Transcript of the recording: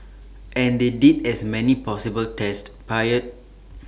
and they did as many possible tests prior